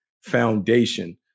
foundation